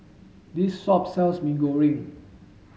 this shop sells Mee Goreng